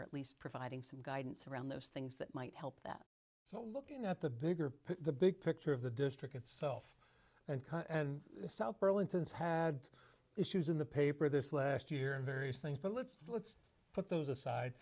or at least providing some guidance around those things that might help that so looking at the bigger the big picture of the district itself and the south burlington it's had issues in the paper this last year and various things but let's let's put those aside